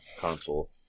console